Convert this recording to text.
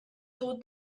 told